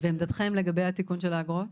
ועמדתכם לגבי התיקון של האגרות?